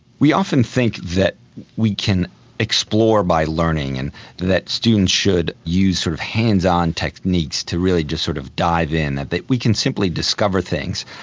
we often think that we can explore by learning, and that students should use sort of hands-on techniques to really sort of dive in, that that we can simply discover things.